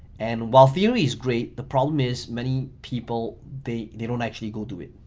and well theory is great, the problem is many people they they don't actually go do it,